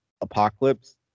apocalypse